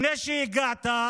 לפני שהגעת,